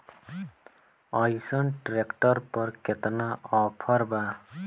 अइसन ट्रैक्टर पर केतना ऑफर बा?